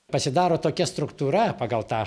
pasidaro tokia struktūra pagal tą